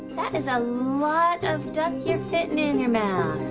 that is a lot of duck you're fittin' in your mouth.